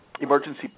emergency